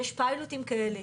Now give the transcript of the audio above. יש פיילוטים כאלה.